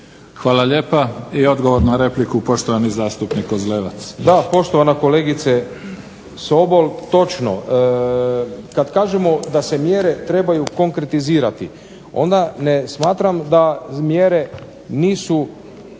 Hvala lijepa. I odgovor na repliku, poštovani zastupnik Kozlevac. **Kozlevac, Dino (SDP)** Da, poštovana kolegice Sobol, točno. Kad kažemo da se mjere trebaju konkretizirati onda ne smatram da mjere nisu